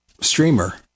Streamer